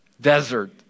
desert